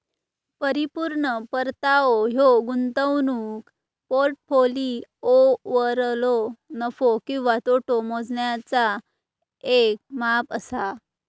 परिपूर्ण परतावो ह्यो गुंतवणूक पोर्टफोलिओवरलो नफो किंवा तोटो मोजण्याचा येक माप असा